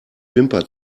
wimper